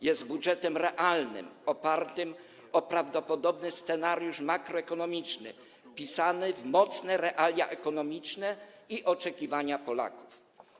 Jest budżetem realnym, opartym o prawdopodobny scenariusz makroekonomiczny, wpisanym w mocne realia ekonomiczne i oczekiwania Polaków.